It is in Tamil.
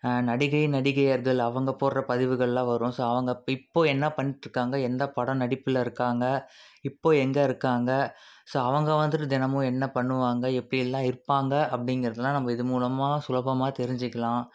நடிகை நடிகையர்கள் அவங்க போடுற பதிவுகளெலான் வரும் ஸோ அவங்க இப்போது என்ன பண்ணிகிட்டுருக்காங்க எந்த படம் நடிப்புலிருக்காங்க இப்போது எங்கே இருக்காங்க ஸோ அவங்க வந்துட்டு தினமும் என்ன பண்ணுவாங்க எப்படியெல்லாம் இருப்பாங்க அப்படிங்கிறதெல்லாம் நம்ப இது மூலமாக சுலபமாக தெரிஞ்சுக்கலாம்